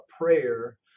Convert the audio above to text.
prayer